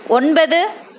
ஒன்பது